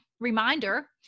Reminder